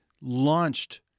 launched